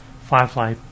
Firefly